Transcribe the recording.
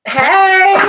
hey